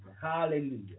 Hallelujah